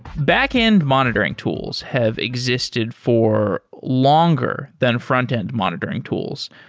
backend monitoring tools have existed for longer than frontend monitoring tools.